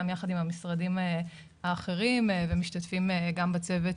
גם יחד עם המשרדים אחרים ומשתתפים גם בצוות